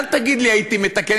אל תגיד לי: הייתי מתקן,